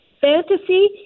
fantasy